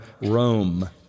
Rome